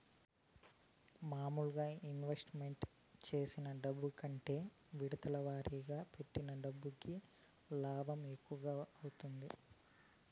మాములుగా ఇన్వెస్ట్ చేసిన డబ్బు కంటే విడతల వారీగా పెట్టిన డబ్బుకి లాభం ఎక్కువ వత్తాది